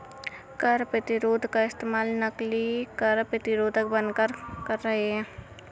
कर प्रतिरोध का इस्तेमाल नकली कर प्रतिरोधक बनकर कर रहे हैं